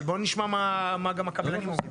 אבל בוא נשמע גם מה הקבלנים אומרים.